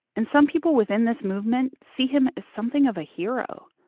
and some people within this movement see him as something of a hero.